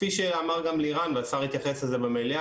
כפי שאמר גם לירן והשר התייחס לזה במליאה,